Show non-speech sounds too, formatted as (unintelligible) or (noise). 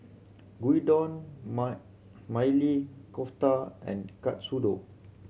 Gyudon (unintelligible) Maili Kofta and Katsudon